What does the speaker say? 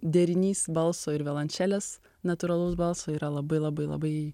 derinys balso ir violončelės natūralaus balso yra labai labai labai